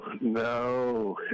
no